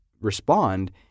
respond